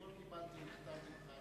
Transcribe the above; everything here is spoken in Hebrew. אתמול קיבלתי מכתב ממך,